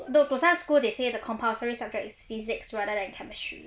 no for some school they say the compulsory subject is physics rather than chemistry